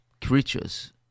creatures